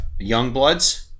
Youngbloods